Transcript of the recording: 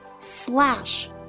slash